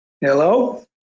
Hello